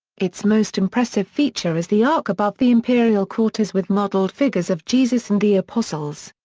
its most impressive feature is the arc above the imperial quarters with modeled figures of jesus and the apostles.